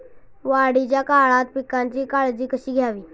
वाढीच्या काळात पिकांची काळजी कशी घ्यावी?